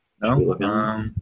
no